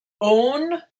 own